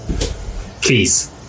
Please